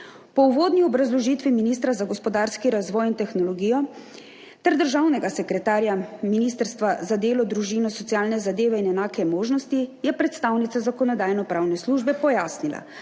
Po uvodni obrazložitvi ministra za gospodarski razvoj in tehnologijo ter državnega sekretarja Ministrstva za delo, družino, socialne zadeve in enake možnosti je predstavnica Zakonodajno-pravne službe pojasnila,